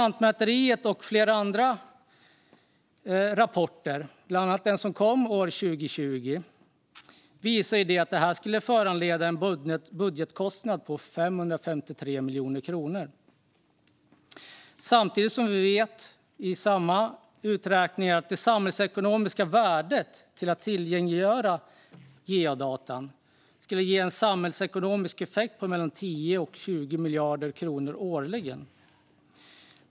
Lantmäteriets och andras rapporter, bland annat den som kom 2020, visar att det skulle föranleda en budgetkostnad på 553 miljoner kronor. Samtidigt vet vi utifrån samma uträkningar att det samhällsekonomiska värdet av att tillgängliggöra geodata skulle ge en samhällsekonomisk effekt på mellan 10 och 20 miljarder kronor årligen.